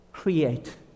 Create